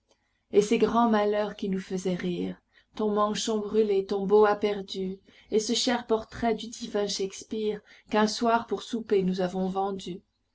et ces grands malheurs qui nous faisaient rire ton manchon brûlé ton boa perdu et ce cher portrait du divin shakespeare qu'un soir pour souper nous avons vendu